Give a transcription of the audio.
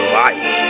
life